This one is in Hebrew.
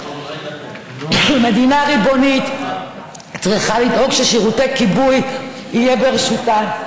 מדינה ריבונית צריכה לדאוג ששירותי כיבוי יהיו ברשותה.